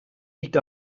liegt